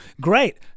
Great